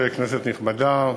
כנסת נכבדה,